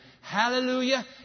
Hallelujah